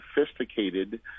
sophisticated